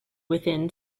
within